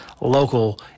local